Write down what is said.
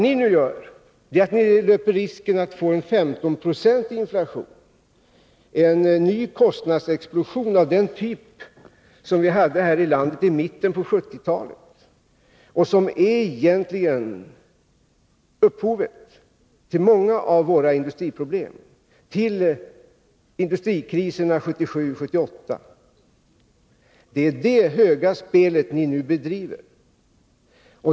Ni löper nu risken att få en 15-procentig inflation — en ny kostnadsexplosion av den typ som vi hade här i landet i mitten av 1970-talet och som egentligen är upphovet till många av våra industriproblem samt till industrikriserna 1977 och 1978. Det är det höga spel som ni nu bedriver.